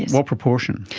what proportion?